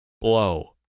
blow